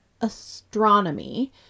astronomy